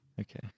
okay